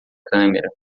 câmera